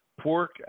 pork